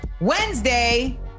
Wednesday